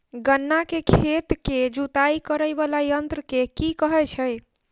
गन्ना केँ खेत केँ जुताई करै वला यंत्र केँ की कहय छै?